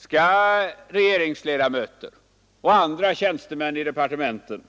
Skall regeringsledamöter och tjänstemän i departementen,